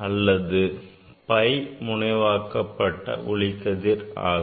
மற்றது pi முனைவாக்கப்பட்ட ஒளிக்கதிர் ஆகும்